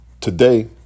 Today